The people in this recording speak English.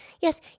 Yes